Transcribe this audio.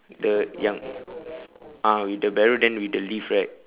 the yang ah with the barrow then with the leaf right